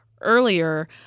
earlier